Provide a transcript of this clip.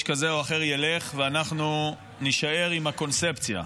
כזה או אחר ילך ואנחנו נישאר עם הקונספציה.